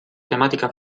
tematica